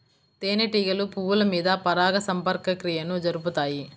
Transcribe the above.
తేనెటీగలు పువ్వుల మీద పరాగ సంపర్క క్రియను జరుపుతాయి